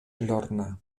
lorna